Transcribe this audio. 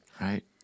right